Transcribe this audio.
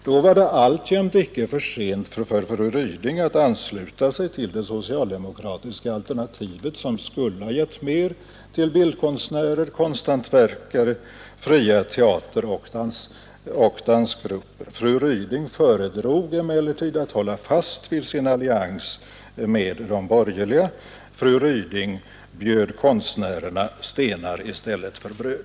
Då var det alltjämt icke för sent för fru Ryding att ansluta sig till det socialdemokratiska alternativet, som skulle ha gett mer till bildkonstnärer, konsthantverkare, fria teateroch dansgrupper. Fru Ryding föredrog emellertid att hålla fast vid sin allians med de borgerliga. Fru Ryding bjöd konstnärerna stenar i stället för bröd.